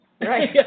Right